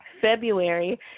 February